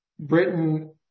Britain